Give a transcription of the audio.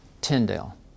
Tyndale